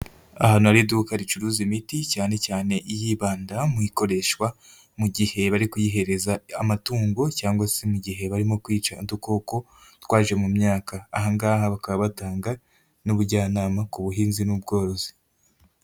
Ahantu hari iduka ricuruza imiti cyane cyane iyibanda mu ikoreshwa mu gihe bari kuyihereza amatungo cyangwa se mu gihe barimo kwica udukoko twaje mu myaka. Aha ngaha bakaba batanga n'ubujyanama ku buhinzi n'ubworozi.